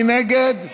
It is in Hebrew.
מי נגד?